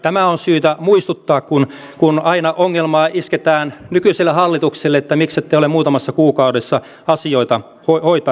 tämä on syytä muistuttaa kun aina ongelmaa isketään nykyiselle hallitukselle että miksette ole muutamassa kuukaudessa asioita hoitaneet